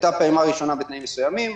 הייתה פעימה ראשונה בתנאים מסוימים,